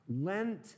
Lent